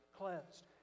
cleansed